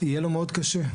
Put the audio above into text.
יהיה לו מאוד קשה,